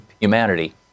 humanity